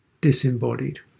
disembodied